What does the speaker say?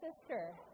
sister